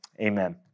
amen